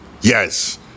Yes